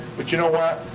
but you know what?